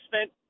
spent